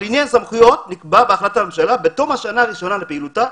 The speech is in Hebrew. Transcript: "לעניין סמכויות נקבע בהחלטת הממשלה שבתום השנה הראשונה לפעילותה,